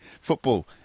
football